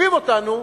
תוקפים אותנו,